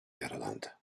yaralandı